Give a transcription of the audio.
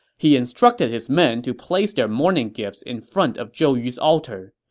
he instructed his men to place their mourning gifts in front of zhou yu's altar.